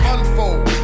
Unfold